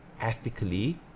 Ethically